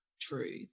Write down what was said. true